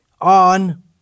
on